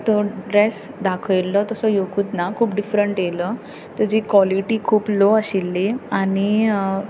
but तो dress दाखयल्लो तसो येवंकच ना खूब डिफरँट आयलो ताजी क्वालिटी खूब लोव आशिल्ली आनी